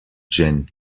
jin